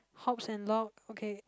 hops and log okay